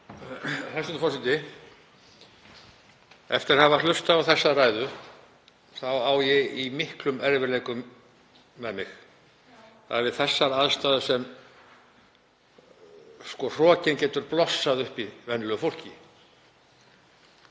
Hæstv. forseti. Eftir að hafa hlustað á þessa ræðu á ég í miklum erfiðleikum með mig. Það er við þessar aðstæður sem hrokinn getur blossað upp í venjulegu fólki.